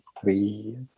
three